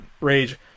Rage